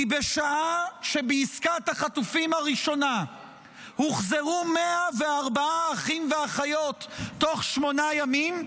כי בשעה שבעסקת החטופים הראשונה הוחזרו 104 אחים ואחיות תוך שמונה ימים,